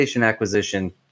acquisition